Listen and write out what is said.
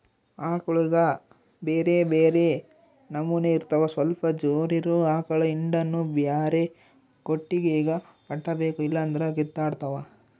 ಆಕಳುಗ ಬ್ಯೆರೆ ಬ್ಯೆರೆ ನಮನೆ ಇರ್ತವ ಸ್ವಲ್ಪ ಜೋರಿರೊ ಆಕಳ ಹಿಂಡನ್ನು ಬ್ಯಾರೆ ಕೊಟ್ಟಿಗೆಗ ಕಟ್ಟಬೇಕು ಇಲ್ಲಂದ್ರ ಕಿತ್ತಾಡ್ತಾವ